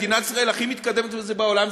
מדינת ישראל הכי מתקדמת בזה בעולם,